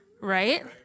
right